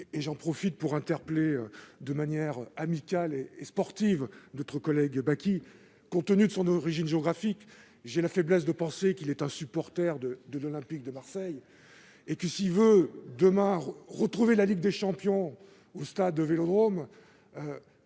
et j'en profite pour interpeller de manière sportive et amicale notre collègue, M. Bacchi. Compte tenu de son origine géographique, j'ai la faiblesse de penser qu'il est un supporter de l'Olympique de Marseille. S'il veut que, demain, la Ligue des champions revienne au stade Vélodrome,